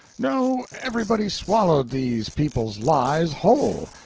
no, everybody swallowed these people's lies whole,